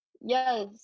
Yes